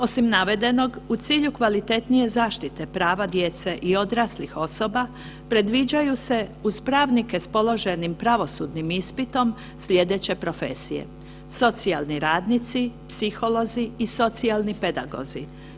Osim navedenog, u cilju kvalitetnije zaštite prava djece i odraslih osoba, predviđaju se uz pravnike s položenim pravosudnim ispitom, sljedeće profesije: socijalni radnici, psiholozi i socijalni pedagozi.